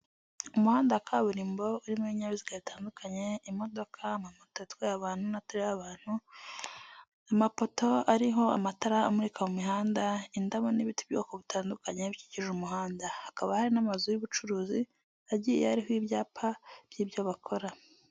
Umuhanda wa kaburimbo urimo ibinyabiziga bitandukanye, imodoka, amamoto atwaye abantu n'atariho abantu, amapoto ariho amatara amurika mu mihanda, indabo n'ibiti by'ubwoko butandukanye bikikije umuhanda. Hakaba hari n'amazu y'ubucuruzi agiye ariho ibyapa by'ibyo bakora.